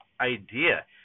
idea